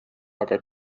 aga